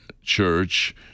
church